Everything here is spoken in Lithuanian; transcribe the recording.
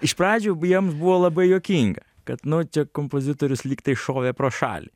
iš pradžių jiems buvo labai juokinga kad nu čia kompozitorius lygtai šovė pro šalį